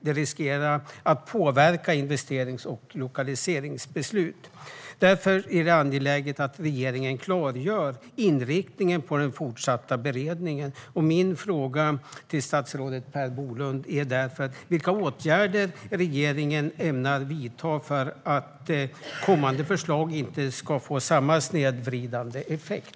Det riskerar att påverka investerings och lokaliseringsbeslut. Därför är det angeläget att regeringen klargör inriktningen på den fortsatta beredningen. Min fråga till statsrådet Per Bolund är därför: Vilka åtgärder ämnar regeringen vidta för att kommande förslag inte ska få samma snedvridande effekt?